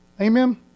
Amen